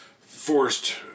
forced